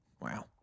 Wow